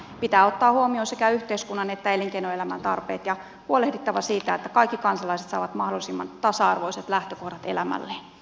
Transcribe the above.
pitää ottaa huomioon sekä yhteiskunnan että elinkeinoelämän tarpeet ja huolehdittava siitä että kaikki kansalaiset saavat mahdollisimman tasa arvoiset lähtökohdat elämälleen